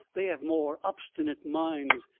they have more obstinate minds.